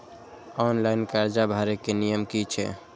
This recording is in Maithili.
ऑनलाइन कर्जा भरे के नियम की छे?